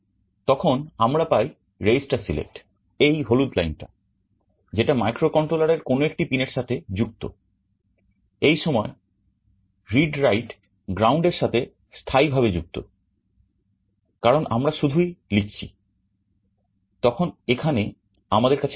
তখন আমরা পাই রেজিস্টার সিলেক্ট তখন এখানে আমাদের কাছে enable আছে